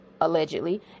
allegedly